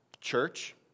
church